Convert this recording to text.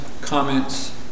comments